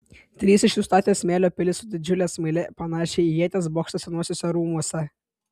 trys iš jų statė smėlio pilį su didžiule smaile panašią į ieties bokštą senuosiuose rūmuose